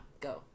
go